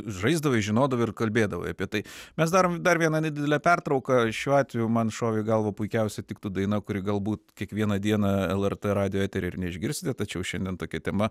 žaisdavai žinodavai ir kalbėdavai apie tai mes darom dar vieną nedidelę pertrauką šiuo atveju man šovė į galvą puikiausiai tiktų daina kuri galbūt kiekvieną dieną lrt radijo eteryje ir neišgirsite tačiau šiandien tokia tema